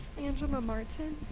angela martin.